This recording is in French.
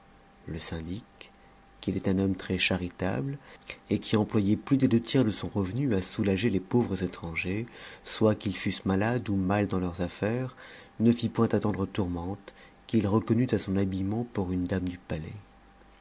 le syndic qui était un homme très charitabte et qui employait plus des deux tiers de son revenu à soulager les pauvres étrangers soit qu'ils fussent malades ou mal dans leurs affaires ne flt point attendre tourmente qu'il reconnut à son habillement pour une dame du palais